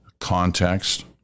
context